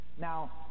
Now